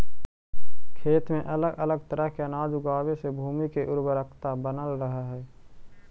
खेत में अलग अलग तरह के अनाज लगावे से भूमि के उर्वरकता बनल रहऽ हइ